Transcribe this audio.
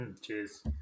Cheers